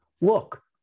look